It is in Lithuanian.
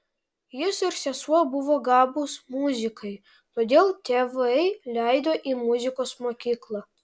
jis ir sesuo buvo gabūs muzikai todėl tėvai leido į muzikos mokyklą